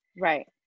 Right